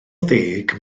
ddeg